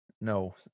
No